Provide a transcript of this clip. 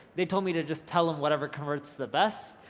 they told me to just tell em whatever converts the best.